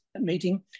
meeting